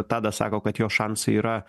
tadas sako kad jo šansai yra